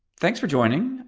thanks for joining.